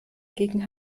gegen